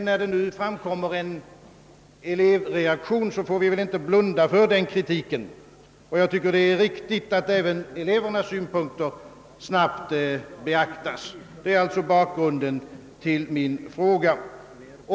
När det nu framkommer en elevreaktion får vi inte blunda för denna. Enligt min mening är det riktigt att även elevernas synpunkter snabbt beaktas. Detta är bakgrunden till min fråga.